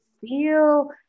feel